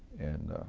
and